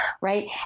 Right